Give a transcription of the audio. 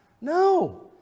No